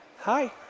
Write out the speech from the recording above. Hi